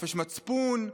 חופש מצפון,